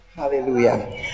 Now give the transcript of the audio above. Hallelujah